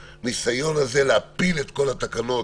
הניסיון שהיה כאן אתמול, להפיל את כל התקנות,